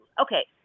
Okay